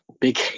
Big